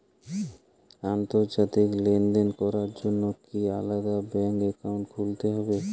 আন্তর্জাতিক লেনদেন করার জন্য কি আলাদা ব্যাংক অ্যাকাউন্ট খুলতে হবে?